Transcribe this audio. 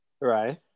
Right